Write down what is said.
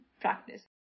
practice